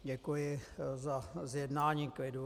Děkuji za zjednání klidu.